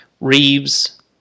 Reeves